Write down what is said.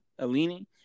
Alini